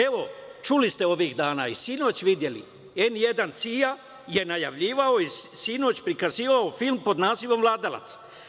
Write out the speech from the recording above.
Evo, čuli ste ovih dana i videli sinoć, Televizija "N1" CIA je najavljivala i sinoć prikazivala film pod nazivom "Vladalac"